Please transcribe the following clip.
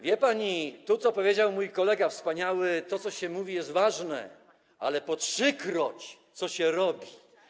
Wie pani, to, co powiedział mój kolega wspaniały: to, co się mówi, jest ważne, ale po trzykroć ważniejsze to, co się robi.